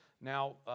Now